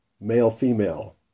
male-female